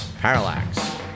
Parallax